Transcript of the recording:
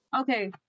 Okay